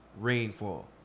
rainfall